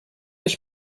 ich